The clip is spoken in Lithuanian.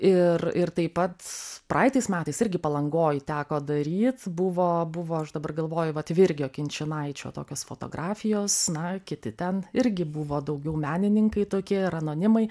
ir ir taip pat praeitais metais irgi palangoj teko daryt buvo buvo aš dabar galvoju vat virgio kinčinaičio tokios fotografijos na kiti ten irgi buvo daugiau menininkai tokie ir anonimai